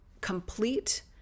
complete